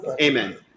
Amen